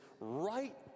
right